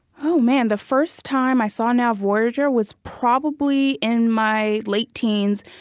um and the first time i saw now, voyager was probably in my late teens,